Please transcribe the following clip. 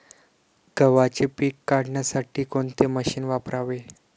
गव्हाचे पीक काढण्यासाठी कोणते मशीन वापरावे?